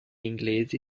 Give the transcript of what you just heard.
inglesi